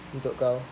untuk kau